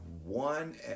one